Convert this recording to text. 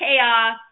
chaos